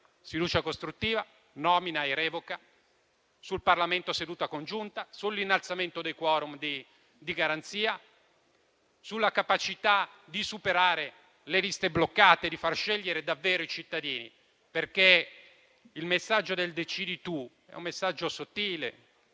sfiducia costruttiva, nomina e revoca, Parlamento in seduta congiunta, innalzamento dei *quorum* di garanzia, capacità di superare le liste bloccate e far scegliere davvero i cittadini. Il messaggio infatti del "decidi tu" è un messaggio sottile